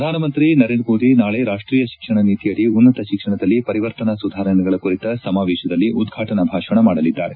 ಪ್ರಧಾನಮಂತ್ರಿ ನರೇಂದ್ರ ಮೋದಿ ನಾಳೆ ರಾಷ್ಷೀಯ ಶಿಕ್ಷಣ ನೀತಿಯಡಿ ಉನ್ನತ ಶಿಕ್ಷಣದಲ್ಲಿ ಪರಿವರ್ತನಾ ಸುಧಾರಣೆಗಳ ಕುರಿತ ಸಮಾವೇಶದಲ್ಲಿ ಉದ್ಘಾಟನಾ ಭಾಷಣ ಮಾಡಲಿದ್ದಾರೆ